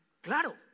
claro